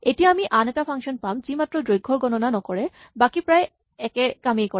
এতিয়া আমি আন এটা ফাংচন পাম যি মাত্ৰ দৈৰ্ঘ্যৰ গণনা নকৰে বাকী প্ৰায় একেধৰণৰ কামেই কৰে